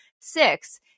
Six